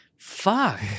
fuck